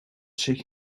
zich